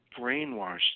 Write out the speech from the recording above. brainwashed